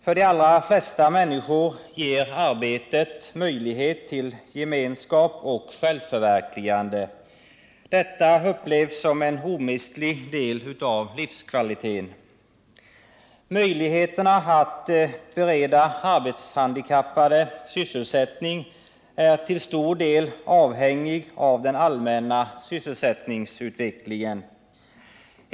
För de allra flesta människor ger arbetet möjlighet till gemenskap och självförverkligande. Detta upplevs som en omistlig del av livskvaliteten. Möjligheterna att bereda arbetshandikappade sysselsättning är till stor del avhängiga av den allmänna sysselsättningsutvecklingen.